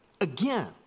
Again